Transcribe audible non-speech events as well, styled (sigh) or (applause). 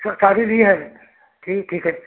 (unintelligible) भी है ठीक ठीक है